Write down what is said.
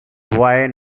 why